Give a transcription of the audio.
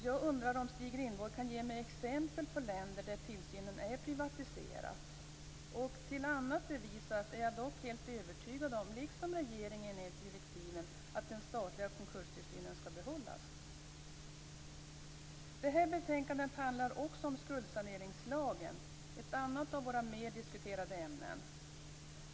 Jag undrar om Stig Rindborg kan ge mig exempel på länder där tillsynen är privatiserad. Tills annat bevisats är jag dock helt övertygad om, liksom regeringen enligt direktiven, att den statliga konkurstillsynen skall behållas. Det här betänkandet handlar också om skuldsaneringslagen, ett annat av våra mer diskuterade ämnen.